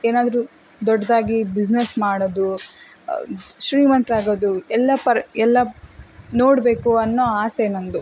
ಏನಾದರೂ ದೊಡ್ಡದಾಗಿ ಬಿಸ್ನೆಸ್ ಮಾಡೋದು ಶ್ರೀಮಂತರಾಗೋದು ಎಲ್ಲ ಪರ್ ಎಲ್ಲ ನೋಡಬೇಕು ಅನ್ನೋ ಆಸೆ ನನ್ನದು